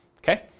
Okay